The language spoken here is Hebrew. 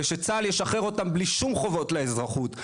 ושצה"ל ישחרר אותם בלי שום חובות לאזרחות,